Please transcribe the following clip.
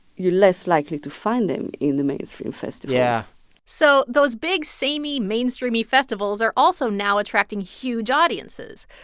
you're less likely to find them in the mainstream festivals yeah so those big same-y, mainstream-y festivals are also now attracting huge audiences.